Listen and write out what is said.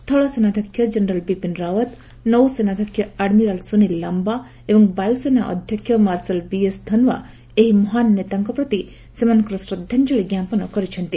ସ୍ଥଳସେନାଧ୍ୟକ୍ଷ general Bipin Rawat ନୌସେନାଧ୍ୟକ୍ଷ admiral Sunil Lamba ଏବଂ ବାୟୁସେନା ଅଧ୍ୟକ୍ଷ ମାର୍ଶଲ ବିଏସ ଧନୱା ଏହି ମହାନ୍ ନେତାଙ୍କ ପ୍ରତି ସେମାନଙ୍କର ଶ୍ରଦ୍ଧାଞ୍ଚଳି ଜ୍ଞାପନ କରିଛନ୍ତି